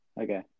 Okay